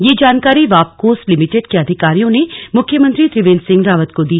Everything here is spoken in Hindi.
ये जानकारी वाप्कोस लिमिटेड के अधिकारियों ने मुख्यमंत्री त्रिवेंद्र सिंह रावत को दी